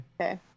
okay